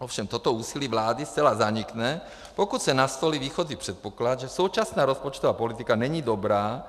Ovšem toto úsilí vlády zcela zanikne, pokud se nastolí výchozí předpoklad, že současná rozpočtová politika není dobrá.